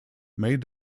made